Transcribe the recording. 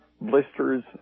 blisters